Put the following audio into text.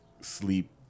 sleep